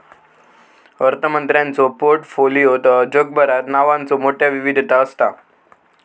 अर्थमंत्र्यांच्यो पोर्टफोलिओत जगभरात नावांचो मोठयो विविधता असता